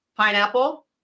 Pineapple